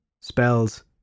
spells